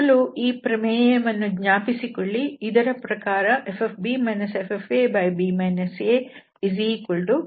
ಮೊದಲು ಈ ಪ್ರಮೇಯವನ್ನು ಜ್ಞಾಪಿಸಿಕೊಳ್ಳಿ ಇದರ ಪ್ರಕಾರ fb fab afξ